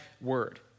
word